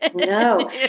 No